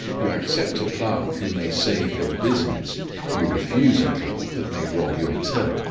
you accept a clerk who may save your business you refuse a clerk that may rob your till,